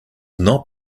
not